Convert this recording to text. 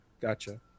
Gotcha